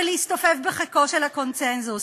ולהסתופף בחיקו של הקונסנזוס.